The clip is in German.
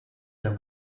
der